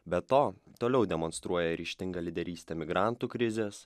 be to toliau demonstruoja ryžtingą lyderystę migrantų krizės